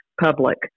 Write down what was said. Public